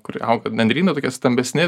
kur auga nendrynai tokie stambesni